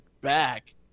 back